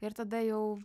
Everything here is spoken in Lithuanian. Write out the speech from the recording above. ir tada jau